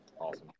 Awesome